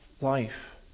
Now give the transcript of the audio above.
life